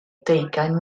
deugain